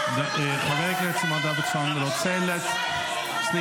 חבר הכנסת מר דוידסון רוצה --- מי השר שהורשע בתמיכה בטרור?